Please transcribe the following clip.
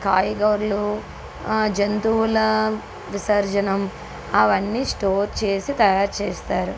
కాయగూరలు జంతువుల విసర్జనం అవన్నీ స్టోర్ చేసి తయారు చేస్తారు